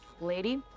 lady